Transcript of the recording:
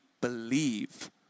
believe